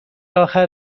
آخر